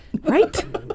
Right